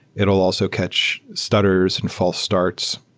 it'll also catch stutters and false starts,